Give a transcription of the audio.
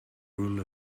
rule